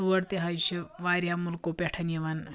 تور تہِ حظ چھِ واریاہ مُلکو پٮ۪ٹھ یِوان